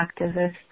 activists